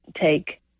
take